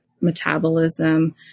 metabolism